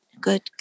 good